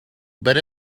but